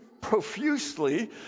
profusely